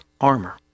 armor